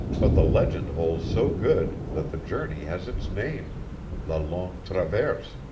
but the legend holds so good that the journey has its name la longue traverse.